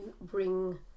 bring